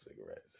cigarettes